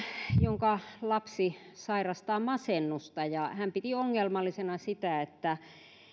jonka lapsi sairastaa masennusta hän piti ongelmallisena sitä että